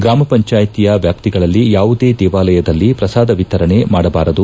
ಗ್ರಾಮ ಪಂಚಾಯಿತಿಯ ವ್ಯಾಪ್ತಿಗಳಲ್ಲಿ ಯಾವುದೇ ದೇವಾಲಯದಲ್ಲಿ ಪ್ರಸಾದ ವಿತರಣೆ ಮಾಡಬಾರದು